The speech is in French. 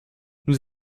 nous